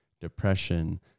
depression